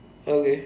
okay